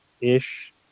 ish